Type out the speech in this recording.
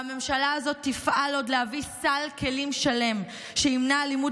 והממשלה הזאת תפעל עוד להביא סל כלים שלם שימנע אלימות